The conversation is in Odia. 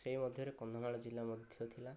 ସେହି ମଧ୍ୟରେ କନ୍ଧମାଳ ଜିଲ୍ଲା ମଧ୍ୟ ଥିଲା